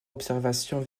observations